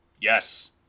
Yes